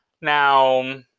Now